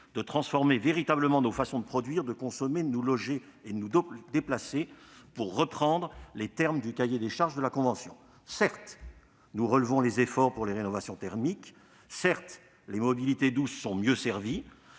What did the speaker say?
de transformer véritablement nos façons de produire, de consommer, de nous loger et de nous déplacer- pour reprendre les termes du cahier des charges de la Convention. Certes, nous relevons les efforts pour les rénovations thermiques ; certes, les mobilités douces sont mieux servies